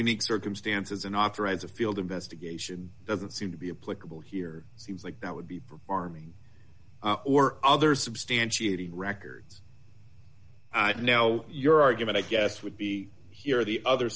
unique circumstances and authorize a field investigation doesn't seem to be a political here seems like that would be performing or other substantiated records i know your argument i guess would be here the other